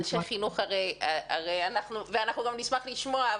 אנשי חינוך ואנחנו גם נשמח לשמוע,